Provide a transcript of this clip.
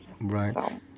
Right